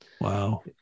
wow